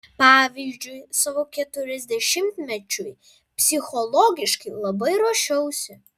pavyzdžiui savo keturiasdešimtmečiui psichologiškai labai ruošiausi